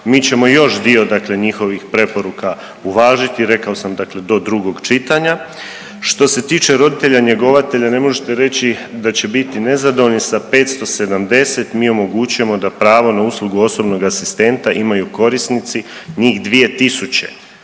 Mi ćemo još dio dakle njihovih preporuka uvažiti, rekao samo dakle do drugog čitanja. Što se tiče roditelja njegovatelja ne možete reći da će biti nezadovoljni sa 570 mi omogućujemo da pravo na uslugu osobnog asistenta imaju korisnici njih 2